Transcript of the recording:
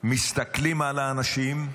מסתכלים על האנשים,